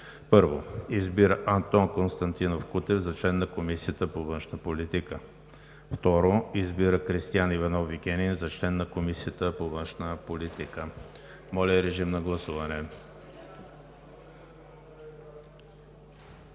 1. Избира Антон Константинов Кутев за член на Комисията по външна политика. 2. Избира Кристиан Иванов Вигенин за член на Комисията по външна политика.“ Моля, гласувайте.